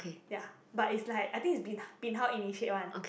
ya but is like I think Bin~ bin hao initiate one